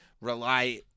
rely